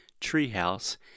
Treehouse